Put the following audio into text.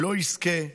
לא יזכה לכך.